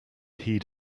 heed